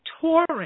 touring